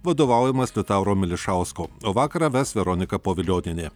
vadovaujamas liutauro milišausko o vakarą ves veronika povilionienė